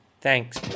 Thanks